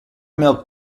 milk